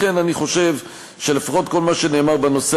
לכן אני חושב שלפחות כל מה שנאמר בנושא